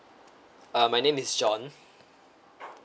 uh my name is john